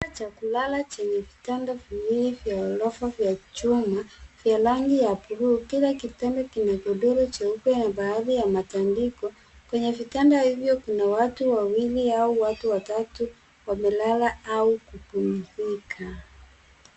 Chumba cha kulala chenye vitanda viwili vya ghorofa vya chuma vya rangi ya buluu. Kila kitanda kina godoro cheupe na baadhi ya matandiko. Kwenye vitanda hivyo kuna watu wawili au watu watatu wamelala au kupumzika.